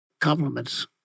compliments